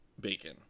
bacon